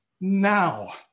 now